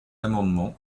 amendement